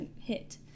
hit